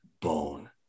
bone